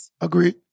Agreed